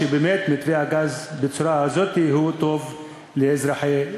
שבאמת מתווה הגז בצורה הזאת הוא טוב לאזרחי המדינה.